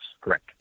correct